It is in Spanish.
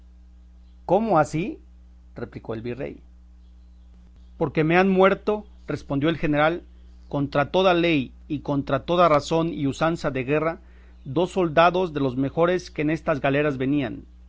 cómo ansí replicó el virrey porque me han muerto respondió el general contra toda ley y contra toda razón y usanza de guerra dos soldados de los mejores que en estas galeras venían